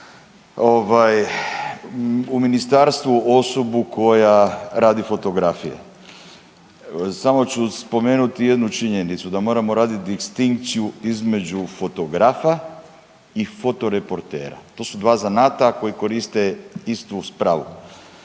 u ministarstvu osobu koja radi fotografije, samo ću spomenuti jednu činjenicu, da moramo raditi distinkciju između fotografa i fotoreportera, to su dva zanata koji koriste istu spravu.